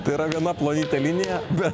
tai yra gana plonytė linija bet